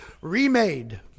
remade